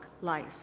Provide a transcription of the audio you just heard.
life